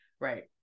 right